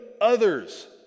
others